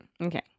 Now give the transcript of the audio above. Okay